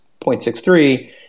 0.63